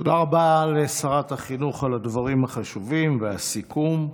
תודה רבה לשרת החינוך על הדברים החשובים והסיכום.